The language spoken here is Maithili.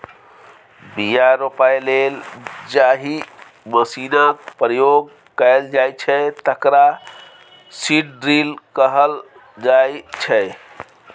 बीया रोपय लेल जाहि मशीनक प्रयोग कएल जाइ छै तकरा सीड ड्रील कहल जाइ छै